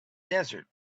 desert